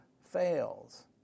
fails